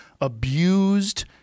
abused